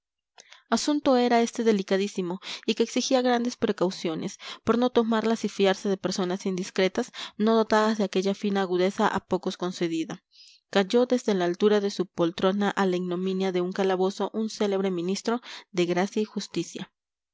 asunto era este delicadísimo y que exigía grandes precauciones por no tomarlas y fiarse de personas indiscretas no dotadas de aquella fina agudeza a pocos concedida cayó desde la altura de su poltrona a la ignominia de un calabozo un célebre ministro de gracia y justicia